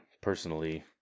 personally